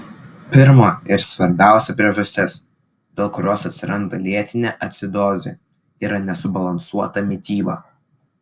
pirma ir svarbiausia priežastis dėl kurios atsiranda lėtinė acidozė yra nesubalansuota mityba